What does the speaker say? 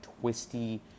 twisty